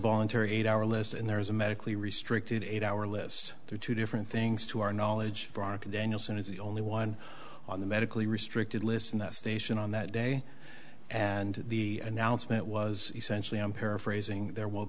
voluntary eight hour list and there is a medically restricted eight hour list there are two different things to our knowledge for our credentials and is the only one on the medically restricted listen that station on that day and the announcement was essentially i'm paraphrasing there will